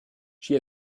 she